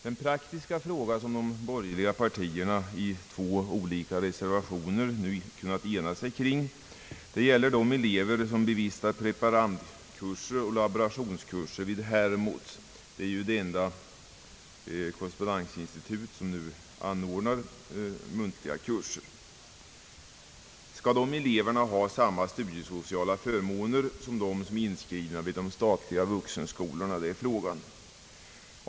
Den praktiska fråga, som de borgerliga partierna i två reservationer kunnat ena sig kring, gäller elever som bevistar preparandkurser och laborationskurser vid Hermods, det enda korrespondensinstitut som anordnar muntliga kurser. Skall de ha samma studiesociala förmåner som de som är inskrivna i de statliga vuxenskolorna, det är frågan.